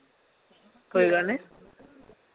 कोई गल्ल नि